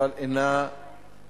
אבל אינה מספקת